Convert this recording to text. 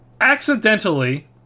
accidentally